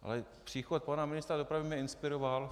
Ale příchod pana ministra dopravy mě inspiroval.